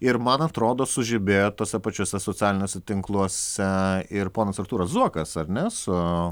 ir man atrodo sužibėjo tuose pačiuose socialiniuose tinkluose ir ponas artūras zuokas ar ne su